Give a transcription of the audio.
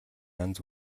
янз